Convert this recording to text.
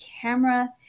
camera